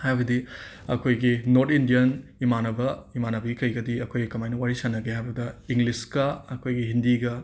ꯍꯥꯏꯕꯗꯤ ꯑꯩꯈꯣꯏꯒꯤ north Indian ꯏꯃꯥꯟꯅꯕ ꯏꯃꯥꯟꯅꯕꯤ ꯀꯩꯒꯗꯤ ꯑꯩꯈꯣꯏ ꯀꯃꯥꯏꯅ ꯋꯥꯔꯤ ꯁꯥꯟꯅꯒꯦ ꯍꯥꯏꯕꯗ ꯏꯪꯂꯤꯁꯀ ꯑꯩꯈꯣꯏꯒꯤ ꯍꯤꯟꯗꯤꯒ